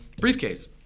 briefcase